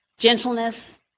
Gentleness